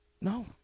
No